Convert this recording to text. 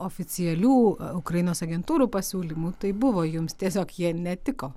oficialių ukrainos agentūrų pasiūlymų tai buvo jums tiesiog jie netiko